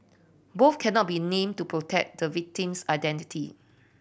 both cannot be named to protect the victim's identity